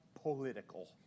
political